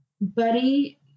buddy